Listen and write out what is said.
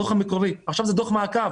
הדוח מקורי ועכשיו זה דוח מעקב.